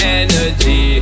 energy